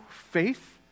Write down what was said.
faith